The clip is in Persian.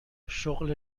شغل